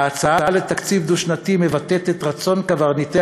ההצעה לתקציב דו-שנתי מבטאת את רצון קברניטי